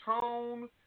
tone